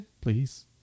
Please